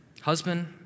Husband